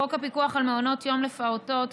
חוק הפיקוח על מעונות יום לפעוטות,